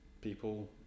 people